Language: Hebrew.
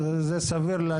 ציידים.